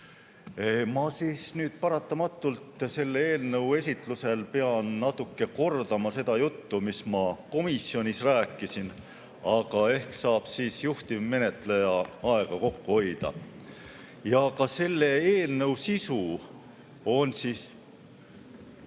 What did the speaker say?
Ma nüüd paratamatult selle eelnõu esitlusel pean natuke kordama seda juttu, mida ma komisjonis rääkisin, aga ehk saab siis juhtivmenetleja aega kokku hoida. Ka selle eelnõu sisu on ...